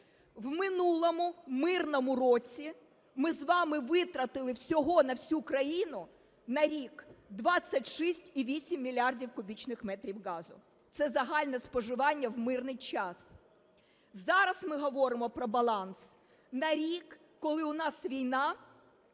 В минулому мирному році ми з вами витратили всього на всю країну на рік 26,8 мільярда кубічних метрів газу. Це загальне споживання в мирний час. Зараз ми говоримо про баланс на рік, коли у нас війна,